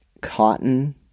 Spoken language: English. cotton